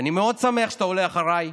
אני מאוד שמח שאתה עולה אחריי,